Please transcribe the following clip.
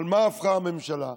אבל מה הפכה הממשלה?